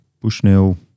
Bushnell –